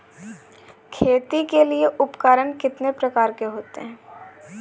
खेती के लिए उपकरण कितने प्रकार के होते हैं?